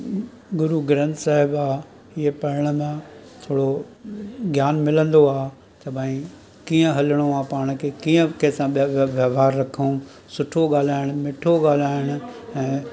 गुरु ग्रंथ साहिबु आहे इहे पढ़ण मां थोरो ज्ञान मिलंदो आहे त भाई कीअं हलिणो आहे पाण खे कीअं कंहिं सां व्य व्य व्यवहार रखूं सुठो ॻाल्हाइणु मिठो ॻाल्हाइणु ऐं